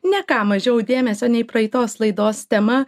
ne ką mažiau dėmesio nei praeitos laidos tema